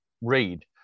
read